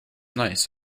nice